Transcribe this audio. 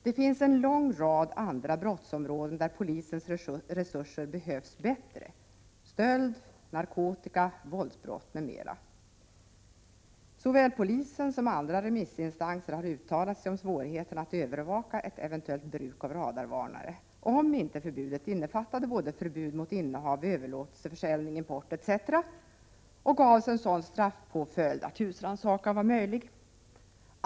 Det finns en lång rad andra brottsområden där polisens resurser behövs bättre: stöld, narkotika, våldsbrott m.m. Såväl polisen som andra remissinstanser har uttalat sig om svårigheten att övervaka ett eventuellt bruk av radarvarnare, om förbudet inte innefattar både förbud mot innehav, överlåtelse, försäljning, import etc. och gavs en sådan straffpåföljd att husrannsakan var möjlig.